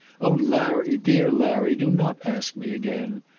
o larry, dear larry, do not ask me again.